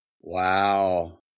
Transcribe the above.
Wow